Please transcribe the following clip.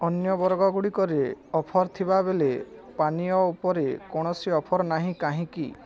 ଅନ୍ୟ ବର୍ଗଗୁଡ଼ିକରେ ଅଫର୍ ଥିବାବେଳେ ପାନୀୟ ଉପରେ କୌଣସି ଅଫର୍ ନାହିଁ କାହିଁକି